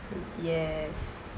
yes